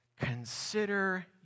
consider